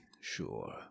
Sure